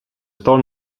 stal